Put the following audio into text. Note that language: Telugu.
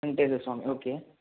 వెంకటేశ్వర స్వామి ఓకే